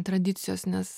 tradicijos nes